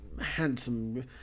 handsome